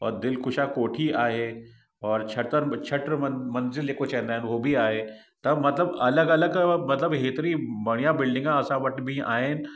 और दिलकुशा कोठी आहे और छत्तर छ्त्तर मंज मंज़िल जे को चवंदा आहिनि उहो बि आहे त मतलबु अलॻि अलॻि मतलबु हेतिरी बढ़िया बिल्डिंगा असां वटि बि आहिनि